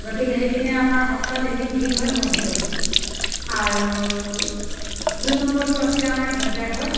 গতিকে সেইদিনা আমাৰ সপ্তাহত এদিন ভিৰ হয় মছজিদত আৰু দুই নম্বৰটো আছিলে আমাৰ গীৰ্জাঘৰ